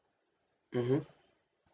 mmhmm